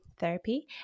therapy